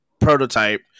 prototype